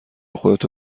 خودتو